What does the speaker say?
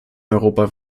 europa